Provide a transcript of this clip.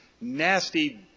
nasty